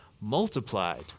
multiplied